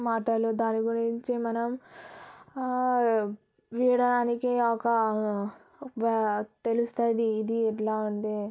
మాటలు దాని గురించి మనం వినడానికి కాక తెలుస్తుంది ఇది ఎట్లా ఉంది